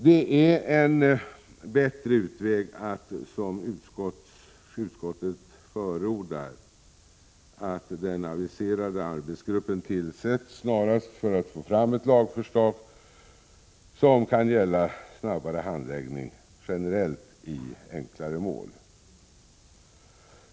Det är en bättre utväg att — som utskottet förordar — den aviserade arbetsgruppen tillsätts snarast för att få fram ett lagförslag som kan gälla snabbare handläggning generellt i enklare mål.